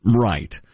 Right